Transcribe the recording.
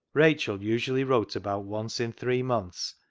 rachel usually wrote about once in three months,